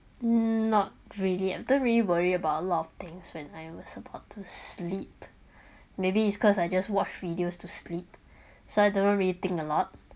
not really I don't really worry about a lot of things when I was about to sleep maybe it's cause I just watch videos to sleep so I do not really think a lot